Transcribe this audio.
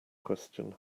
question